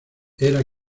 era